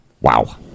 Wow